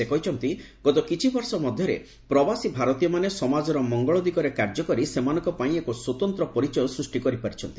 ସେ କହିଛନ୍ତି ଗତ କିଛି ବର୍ଷ ଭିତରେ ପ୍ରବାସୀ ଭାରତୀୟମାନେ ସମାଜର ମଙ୍ଗଳ ଦିଗରେ କାର୍ଯ୍ୟ କରି ସେମାନଙ୍କ ପାଇଁ ଏକ ସ୍ୱତନ୍ତ୍ର ପରିଚୟ ସୃଷ୍ଟି କରିପାରିଛନ୍ତି